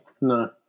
No